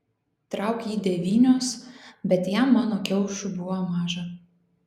trauk jį devynios bet jam mano kiaušų buvo maža